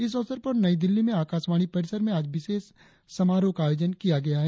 इस अवसर पर नई दिल्ली में आकाशवाणी परिसर में आज विशेष समारोह का आयोजन किया गया है